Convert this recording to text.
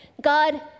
God